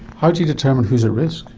how do you determine who is at risk?